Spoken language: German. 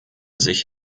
sich